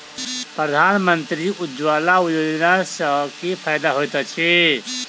प्रधानमंत्री उज्जवला योजना सँ की फायदा होइत अछि?